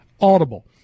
Audible